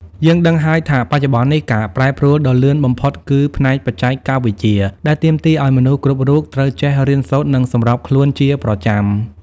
យើងដឹងហើយថាបច្ចុប្បន្ននេះ ការប្រែប្រួលដ៏លឿនបំផុតគឺផ្នែកបច្ចេកវិទ្យា ដែលទាមទារឱ្យមនុស្សគ្រប់រូបត្រូវចេះរៀនសូត្រ និងសម្របខ្លួនជាប្រចាំ។